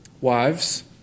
Wives